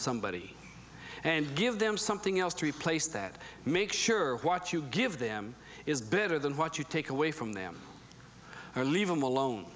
somebody and give them something else to replace that make sure what you give them is better than what you take away from them or leave them alone